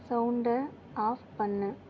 சவுண்டை ஆஃப் பண்ணு